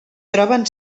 troben